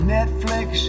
Netflix